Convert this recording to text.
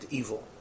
evil